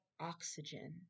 Oxygen